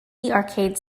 arcade